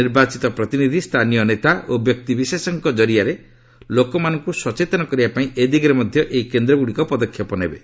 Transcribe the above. ନିର୍ବାଚିତ ପ୍ରତିନିଧି ସ୍ଥାନୀୟ ନେତା ଓ ବ୍ୟକ୍ତିବିଶେଷଙ୍କ ଜରିଆରେ ଲୋକମାନଙ୍କୁ ସଚେତନ କରିବାପାଇଁ ଏଦିଗରେ ମଧ୍ୟ ଏହି କେନ୍ଦ୍ରଗୁଡ଼ିକ ପଦକ୍ଷେପ ନେବେ